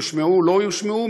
יושמעו או לא יושמעו.